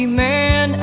man